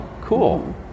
cool